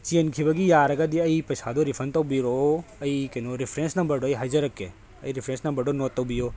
ꯆꯦꯟꯈꯤꯕꯒꯤ ꯌꯥꯔꯒꯗꯤ ꯑꯩ ꯄꯩꯁꯥꯗꯣ ꯔꯤꯐꯟ ꯇꯧꯕꯤꯔꯛꯑꯣ ꯑꯩ ꯀꯩꯅꯣ ꯔꯤꯐꯔꯦꯟꯁ ꯅꯝꯕꯔꯗꯣ ꯑꯩ ꯍꯥꯏꯖꯔꯛꯀꯦ ꯑꯩ ꯔꯤꯐ꯭ꯔꯦꯟꯁ ꯅꯝꯕꯔꯗꯣ ꯅꯣꯠ ꯇꯧꯕꯤꯌꯨ